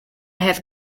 had